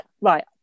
right